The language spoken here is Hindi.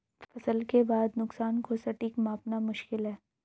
फसल के बाद के नुकसान को सटीक मापना मुश्किल है